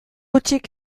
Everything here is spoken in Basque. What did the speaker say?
hutsik